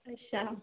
ਅੱਛਾ